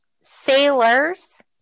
Sailors